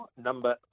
number